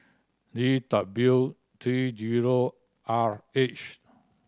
D W three zero R H